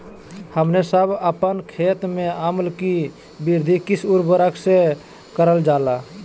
हमने सब अपन खेत में अम्ल कि वृद्धि किस उर्वरक से करलजाला?